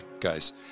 guys